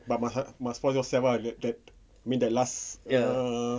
but my heart must force yourself ah like that I mean the last err